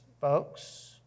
folks